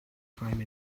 time